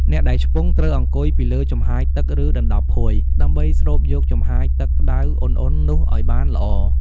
អ្នកដែលឆ្ពង់ត្រូវ អង្គុយពីលើចំហាយទឹក ឬដណ្ដប់ភួយ ដើម្បីស្រូបយកចំហាយទឹកក្តៅឧណ្ឌៗនោះឲ្យបានល្អ។